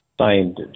signed